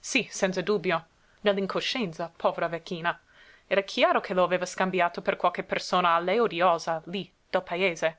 sí senza dubbio nell'incoscienza povera vecchina era chiaro che lo aveva scambiato per qualche persona a lei odiosa lí del paese